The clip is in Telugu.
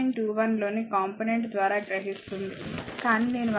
21 లోని కాంపొనెంట్ ద్వారా గ్రహిస్తుంది కానీ నేను 1